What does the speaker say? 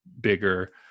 bigger